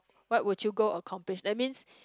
what would you go accomplish that's mean